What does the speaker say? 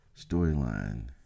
storyline